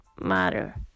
matter